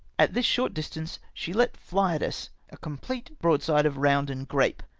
at this short distance, she let fly at us a complete broadside of round and grape,